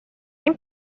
این